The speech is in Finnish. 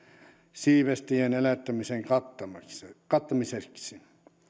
siivestäjien elättämisen kattamiseksi